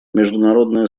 международное